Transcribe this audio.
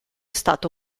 stato